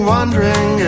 Wondering